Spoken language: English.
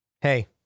Hey